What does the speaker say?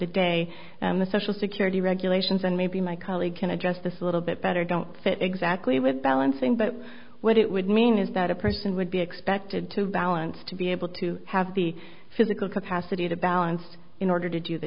the day the social security regulations and maybe my colleague can address this a little bit better don't fit exactly with balancing but what it would mean is that a person would be expected to balance to be able to have the physical capacity to balance in order to do the